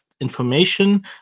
information